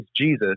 Jesus